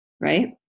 right